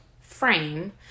frame